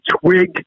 twig